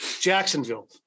Jacksonville